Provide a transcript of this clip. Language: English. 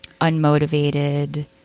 unmotivated